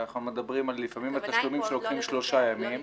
לפעמים התשלומים אורכים שלושה ימים.